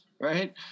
right